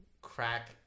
crack